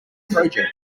project